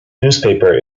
newspaper